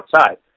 outside